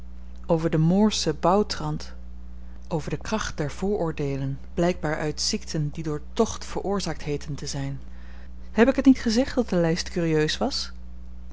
over den moorschen bouwtrant over de kracht der vooroordeelen blijkbaar uit ziekten die door tocht veroorzaakt heeten te zyn heb ik het niet gezegd dat de lyst kurieus was